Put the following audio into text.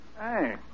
Hey